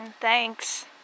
Thanks